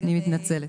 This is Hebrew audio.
אני מתנצלת.